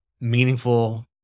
meaningful